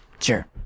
Sure